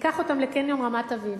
ניקח אותם לקניון רמת-אביב.